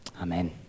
Amen